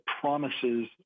promises